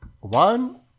one